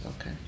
okay